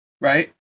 right